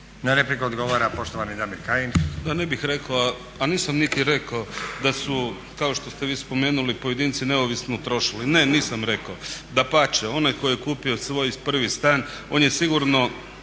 Na repliku odgovara poštovani Damir Kajin. **Kajin, Damir (ID - DI)** Pa ne bih rekao a nisam niti rekao da su kao što ste vi spomenuli pojedinci neovisno trošili. Ne, nisam rekao, dapače onaj koji je kupio svoj prvi stan on je sigurno